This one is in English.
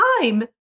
time